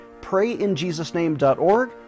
PrayInJesusName.org